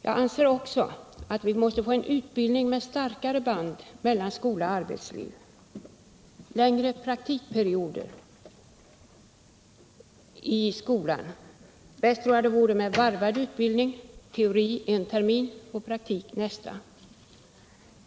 Jag anser också att vi måste få en utbildning med starkare band mellan skola och arbetsliv och längre praktikperioder i skolan. Bäst tror jag det vore med varvad utbildning — teori en termin och praktik nästa.